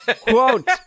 Quote